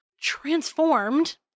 transformed